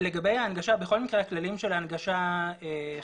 לגבי ההנגשה, בכל מקרה הכללים של ההנגשה חלים.